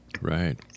Right